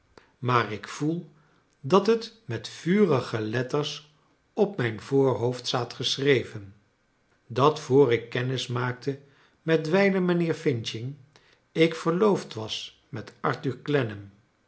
maar ik voel dat het met vurige letters op mijn voorhoofd staat geschreven dat voor ik kennis maakte met wijlen mijnheer f ik verloofd was met arthur